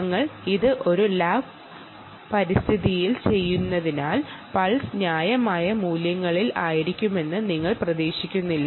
ഞങ്ങൾ ഇത് ഒരു ലാബ് പരിതസ്ഥിതിയിൽ ചെയ്യുന്നതിനാൽ പൾസ് ന്യായമായ വാല്യു ആയിരിക്കുമെന്ന് നിങ്ങൾ പ്രതീക്ഷിക്കരുത്